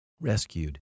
rescued